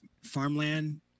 farmland